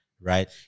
right